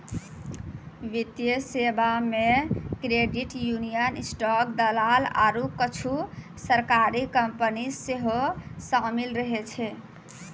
वित्तीय सेबा मे क्रेडिट यूनियन, स्टॉक दलाल आरु कुछु सरकारी कंपनी सेहो शामिल रहै छै